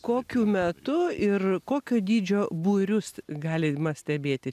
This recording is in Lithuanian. kokiu metu ir kokio dydžio būrius galima stebėti